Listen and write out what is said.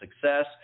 success